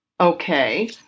Okay